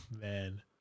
man